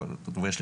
ויש לי,